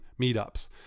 meetups